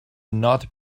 not